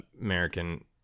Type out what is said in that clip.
American